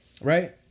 right